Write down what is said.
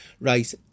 right